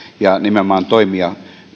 ja nimenomaan toimia